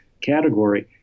category